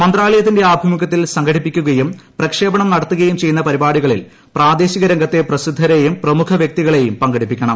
മ്യന്റാല്യത്തിന്റെ ആഭിമുഖൃത്തിൽ സംഘടിപ്പിക്കുകയും പ്രിക്ഷേപണം നടത്തുകയും ചെയ്യുന്ന പരിപാടികളിൽ പ്രാദ്രേശിക് രംഗത്തെ പ്രസിദ്ധരേയും പ്രമുഖ വ്യക്തികളേയും പങ്കെടുപ്പിക്കണം